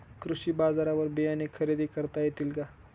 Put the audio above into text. कृषी बाजारवर बियाणे खरेदी करता येतील का?